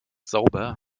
sauber